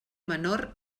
menor